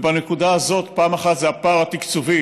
בנקודה הזאת, פעם אחת זה פער התקצוב,